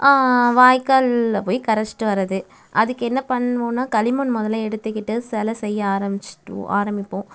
வாய்க்காலில் போய் கரைச்சிட்டு வரது அதுக்கு என்ன பண்ணுவோன்னா களிமண் முதல்ல எடுத்துக்கிட்டு சிலை செய்ய ஆரம்பிச்சிட்டுவோம் ஆரம்பிப்போம்